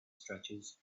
stretches